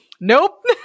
Nope